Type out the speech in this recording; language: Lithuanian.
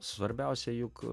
svarbiausia juk